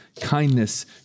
kindness